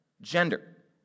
gender